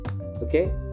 Okay